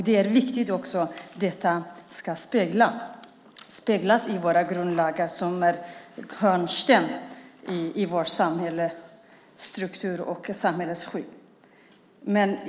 Det är viktigt att det speglas i våra grundlagar som är en hörnsten i vår samhällsstruktur och vårt samhällsskydd.